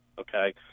okay